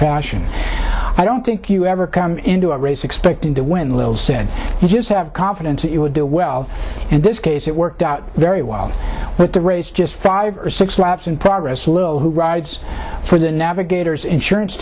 fashion i don't think you ever come into a race expecting to win little said you just have confidence that you would do well and this case it worked out very well with the race just five or six laps and progress a little who rides for the navigators insurance